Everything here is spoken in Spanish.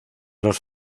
los